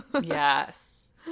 Yes